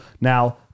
Now